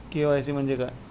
KYC म्हणजे काय आहे?